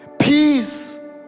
peace